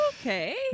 okay